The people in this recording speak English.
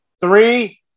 Three